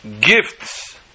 Gifts